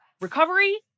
recovery